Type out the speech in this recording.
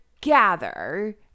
gather